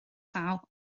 llaw